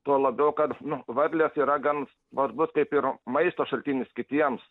tuo labiau kad nu varlės yra gan svarbus kaip ir maisto šaltinis kitiems